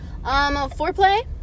foreplay